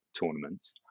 tournaments